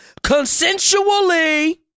consensually